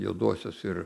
juodosios ir